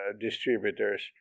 distributors